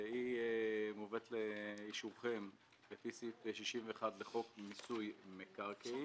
מובאת לאישורכם לפי סעיף 61 לחוק מיסוי מקרקעין.